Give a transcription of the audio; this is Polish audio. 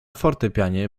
fortepianie